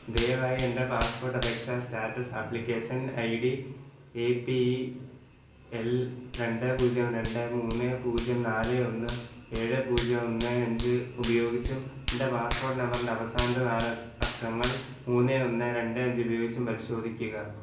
ദയവായി എൻ്റെ പാസ്പോർട്ട് അപേക്ഷാ status application I D A P L രണ്ട് പൂജ്യം രണ്ട് മൂന്ന് പൂജ്യം നാല് ഒന്ന് ഏഴ് പൂജ്യം ഒന്ന് അഞ്ച് ഉപയോഗിച്ചും എൻ്റെ പാസ്പോർട്ട് നമ്പറിൻ്റെ അവസാനത്തെ നാല് അക്കങ്ങൾ മൂന്ന് ഒന്ന് രണ്ട് അഞ്ച് ഉപയോഗിച്ചും പരിശോധിക്കുക